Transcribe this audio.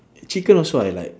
chicken also I like